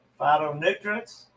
phytonutrients